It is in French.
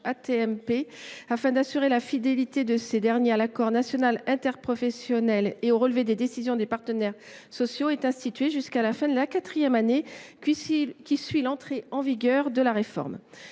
afin d’assurer la fidélité de ces derniers à l’accord national interprofessionnel et au relevé de décisions des partenaires sociaux, est instituée jusqu’à la fin de la quatrième année qui suit l’entrée en vigueur de la réforme.